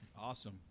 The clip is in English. Awesome